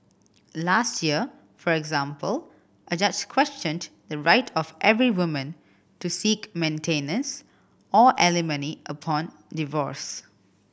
last year for example a judge questioned the right of every woman to seek maintenance or alimony upon divorce